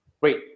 wait